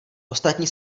ostatní